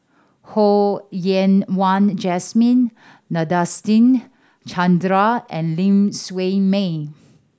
Ho Yen Wah Jesmine Nadasen Chandra and Ling Siew May